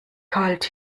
kalt